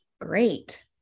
Great